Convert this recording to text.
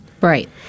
Right